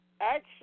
action